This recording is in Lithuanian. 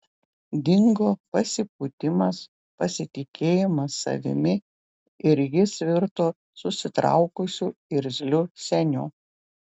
dingo pasipūtimas pasitikėjimas savimi ir jis virto susitraukusiu irzliu seniu